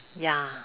ya